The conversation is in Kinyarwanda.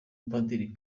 mupadiri